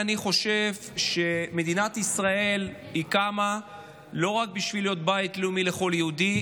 אני חושב שמדינת ישראל קמה לא רק בשביל להיות בית לאומי לכל יהודי,